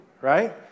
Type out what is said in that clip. right